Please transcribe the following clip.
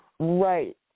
Right